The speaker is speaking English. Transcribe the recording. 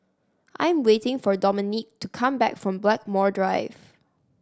I am waiting for Dominique to come back from Blackmore Drive